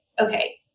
okay